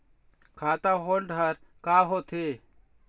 खाता होल्ड हर का होथे?